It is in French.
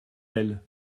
elle